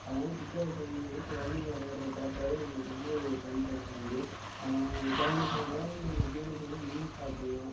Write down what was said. அதனால் சுற்றுலா பயணிகள் வந்து குழந்தைங்க விளையாட்றதை பார்த்தாவே நம்மளுக்கு வந்து டைம்பாஸ் ஆகிடும் பவானி சாகரில் அதே மாதிரி மதியானம் போனால் மீன் சாப்புடலாம்